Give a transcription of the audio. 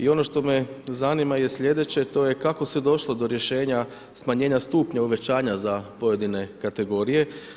I ono što me zanima je sljedeće, to je kako se došlo do rješenja, smanjenja stupnja uvećanja za pojedine kategorije.